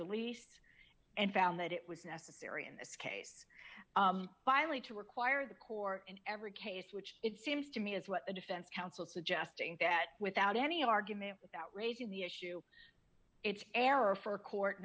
release and found that it was necessary in this case finally to require the court in every case which it seems to me is what the defense counsel suggesting that without any argument without raising the issue it's error for a court